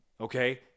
Okay